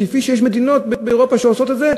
כפי שיש מדינות באירופה שעושות את זה,